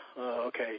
okay